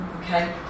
okay